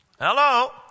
Hello